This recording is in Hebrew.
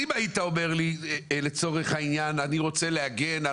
אם היית אומר לי שאתה רוצה להגן על